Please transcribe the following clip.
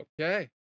Okay